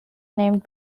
named